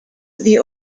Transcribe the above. the